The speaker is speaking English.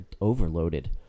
overloaded